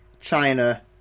China